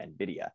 nvidia